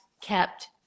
kept